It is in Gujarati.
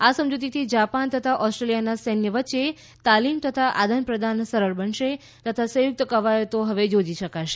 આ સમજુતીથી જાપાન તથા ઓસ્ટ્રેલીયાના સૈન્ય વચ્ચે તાલીમ તથા આદાન પ્રદાન સરળ બનશે તથા સંયુકત કવાયતો યોજી શકાશે